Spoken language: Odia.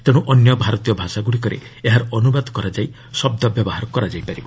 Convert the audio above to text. ତେଣୁ ଅନ୍ୟ ଭାରତୀୟ ଭାଷା ଗୁଡ଼ିକରେ ଏହାର ଅନୁବାଦ କରାଯାଇ ଶବ୍ଦ ବ୍ୟବହାର କରାଯିବ